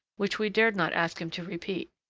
which we dared not ask him to repeat,